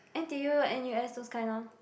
N_T_U N_U_S those kind lor